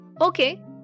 Okay